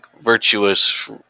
virtuous